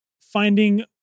finding